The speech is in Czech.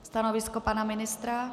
Stanovisko pana ministra? .